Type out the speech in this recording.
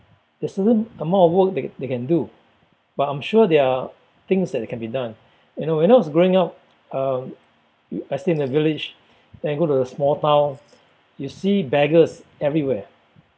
there's certain amount of work they they can do but I'm sure there are things that can be done you know when I was growing up um I stay in the village then I go to a small town you see beggars everywhere